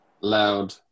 loud